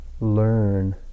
learn